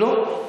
לא.